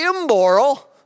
immoral